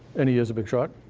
and he is a big shot.